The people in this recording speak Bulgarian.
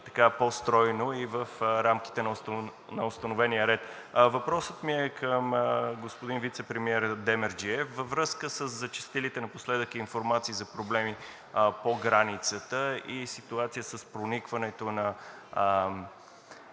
по-стройно и в рамките на установения ред. Въпросът ми е към господин вицепремиера Демерджиев във връзка със зачестилите напоследък информации за проблеми по границата и ситуация с проникването на